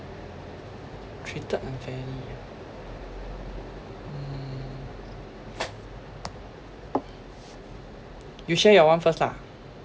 treated unfairly ah mm you share your one first lah